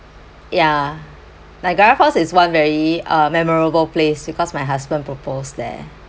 ya niagara falls is one very uh memorable place because my husband proposed there